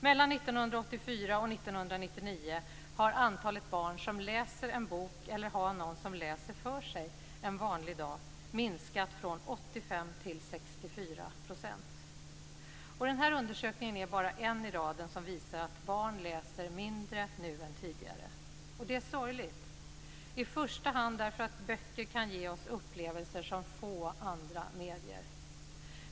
Mellan 1984 och 1999 har antalet barn som läser en bok eller har någon som läser för sig en vanlig dag minskat från 85 % till 64 %. Den här undersökningen är bara en i raden som visar att barn läser mindre nu än tidigare. Det är sorgligt i första hand därför att böcker kan ge oss upplevelser som få andra medier.